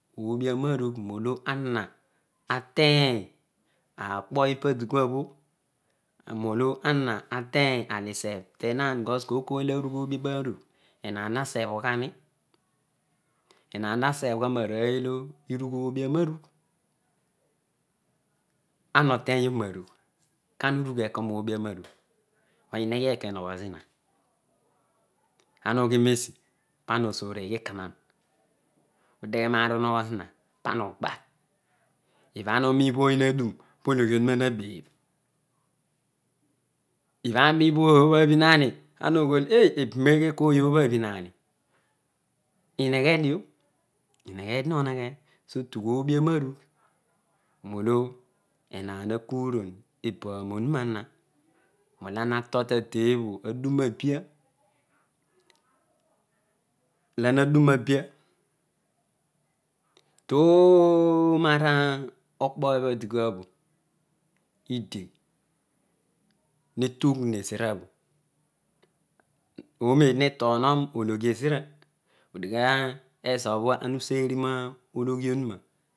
Oobi anarugh nolo ana adeny mokpo ipa dikua molo ana ateny ausebu tehaar cus ooy ooy olo augh ibianarugh enaan nasebh ughani enaan asegh gha ro arooy olo urugh obia merugh ana otenyioh manugh kana urugheko roobianarugh? Anu ughi nesi. po aasore mikanaah udeghe naar ur oghozina ibho ana uni ony olo naun pologhi onuna nabebh ibho ooy obhni ani pana oyhol eeh ebu neghe kooy obhooh abhni ani ineghe dio ineghedio no neghe so tugh oobi awa rugh molo enaan akunon edaal onunana nolo orua atol tade obho bho abia lana adun abia loo naarn okpo ibha dikuabho idi netugh neziro bho oone me tuonoh ologh ezira odigha ezobho ama useri roologhi owumai